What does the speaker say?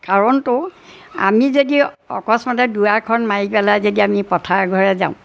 কাৰণতো আমি যদি অকস্মাতে দুৱাৰখন মাৰি পেলাই যদি আমি পথাৰ ঘৰে যাওঁ